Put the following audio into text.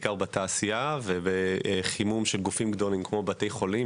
בעיקר בתעשייה וחימום של גופים גדולים כמו בתי חולים,